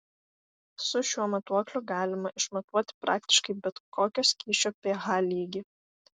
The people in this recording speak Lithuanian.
su šiuo matuokliu galima išmatuoti praktiškai bet kokio skysčio ph lygį